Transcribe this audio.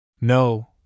No